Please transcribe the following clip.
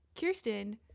Kirsten